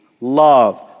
love